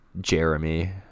Jeremy